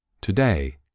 Today